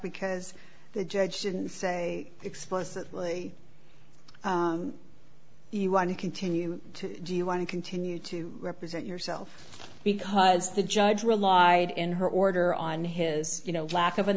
because the judge didn't say explicitly you want to continue to do you want to continue to represent yourself because the judge relied in her order on his you know lack of an